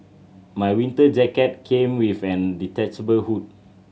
my winter jacket came with an detachable hood